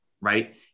right